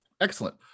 Excellent